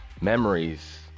memories